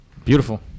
beautiful